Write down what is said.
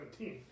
17